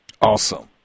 Awesome